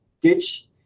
ditch